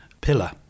pillar